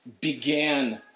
began